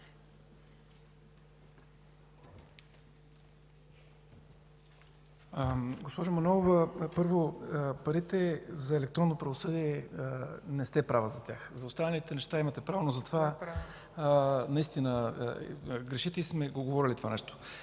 Госпожо Манолова, първо, за парите за електронно правосъдие не сте права. За останалите неща имате право, но за това наистина грешите, и сме говорили това нещо.